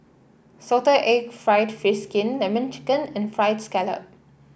Salted Egg fried fish skin lemon chicken and fried scallop